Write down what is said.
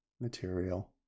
material